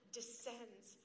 descends